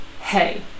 hey